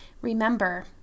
remember